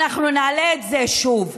אנחנו נעלה את זה שוב,